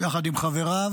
יחד עם חבריו,